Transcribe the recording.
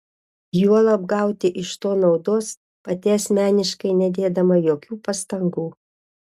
juolab gauti iš to naudos pati asmeniškai nedėdama jokių pastangų